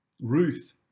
Ruth